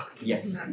Yes